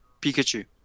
Pikachu